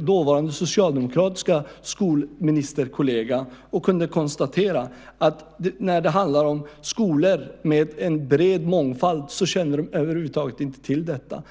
dåvarande socialdemokratiska skolministerkollega. Jag kunde konstatera att när det handlar om skolor med en bred mångfald så kände de över huvud taget inte till detta.